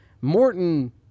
Morton